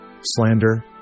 slander